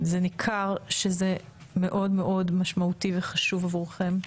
ניכר שזה מאוד משמעותי וחשוב עבורכם,